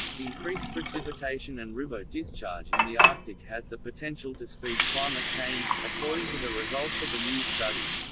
increased precipitation and river discharge in the arctic has the potential to speed climate change, according to the results of a new study.